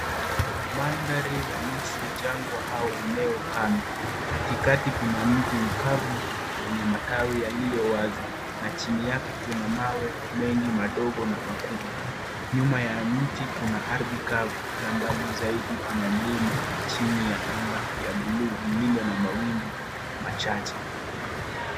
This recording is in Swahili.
Mandhari ya nusu jangwa au eneo kame, katikati kuna mti kavu wenye matawi yaliyo wazi na chini yake kuna mawe mengi madogo na kuna makubwa, nyuma ya mti kuna ardhi kavu na mbali zaidi kuna mlima chini ya anga ya buluu lililo na mawingu machache.